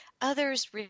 others